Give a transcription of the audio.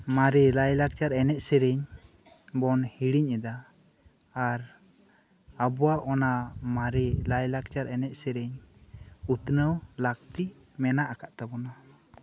ᱢᱟᱨᱮ ᱞᱟᱭᱞᱟᱠᱪᱟᱨ ᱮᱱᱮᱡ ᱥᱮᱨᱮᱧ ᱵᱚᱱ ᱦᱤᱲᱤᱧ ᱮᱫᱟ ᱟᱨ ᱟᱵᱚᱣᱟᱜ ᱚᱱᱟ ᱢᱟᱨᱮ ᱞᱟᱭᱞᱟᱠᱪᱟᱨ ᱮᱱᱮᱡ ᱥᱮᱨᱮᱧ ᱩᱛᱷᱱᱟᱹᱣ ᱞᱟᱹᱠᱛᱤ ᱢᱮᱱᱟᱜ ᱟᱠᱟᱜ ᱛᱟᱵᱚᱱᱟ